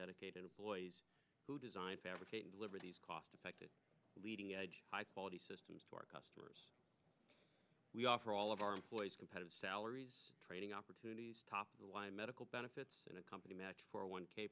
dedicated employees who design fabricate and deliver these cost effective leading edge body systems to our customers we offer all of our employees competitive salaries training opportunities top of the y medical benefits and a company match for one k